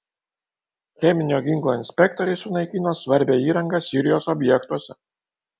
cheminio ginklo inspektoriai sunaikino svarbią įrangą sirijos objektuose